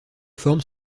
formes